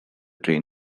train